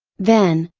then,